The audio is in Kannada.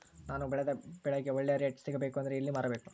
ನಾನು ಬೆಳೆದ ಬೆಳೆಗೆ ಒಳ್ಳೆ ರೇಟ್ ಸಿಗಬೇಕು ಅಂದ್ರೆ ಎಲ್ಲಿ ಮಾರಬೇಕು?